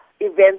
events